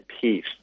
peace